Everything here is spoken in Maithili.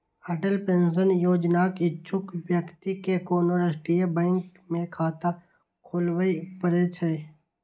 अटल पेंशन योजनाक इच्छुक व्यक्ति कें कोनो राष्ट्रीय बैंक मे खाता खोलबय पड़ै छै